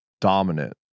dominant